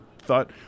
thought